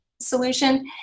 solution